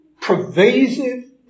pervasive